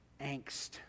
angst